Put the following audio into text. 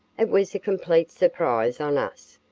it was a complete surprise on us,